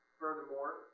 furthermore